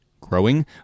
growing